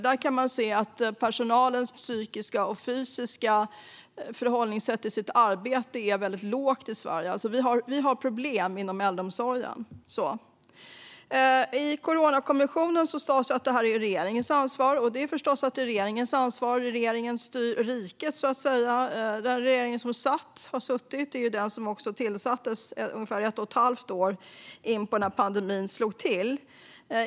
Där kan man se att Sverige ligger väldigt lågt när det gäller hur psykiskt och fysiskt tungt personalen upplever sitt arbete. Vi har alltså problem inom äldreomsorgen. I Coronakommissionen sas det att detta är regeringens ansvar. Det är förstås regeringens ansvar. Regeringen styr riket. Denna regering tillsattes ungefär ett år innan pandemin slog till.